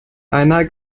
einer